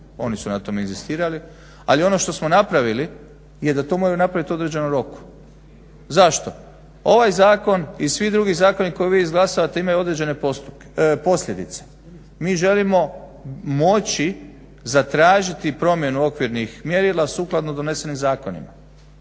oni su na tome inzistirali, ali ono što smo napravili je da to moraju napravit u određenom roku. Zašto? Ovaj zakon i svi drugi zakoni koje vi izglasate imaju određene posljedice. Mi želimo moći zatražiti promjenu okvirnih mjerila sukladno donesenim zakonima,